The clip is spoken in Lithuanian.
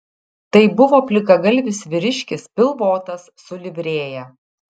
tai buvo plikagalvis vyriškis pilvotas su livrėja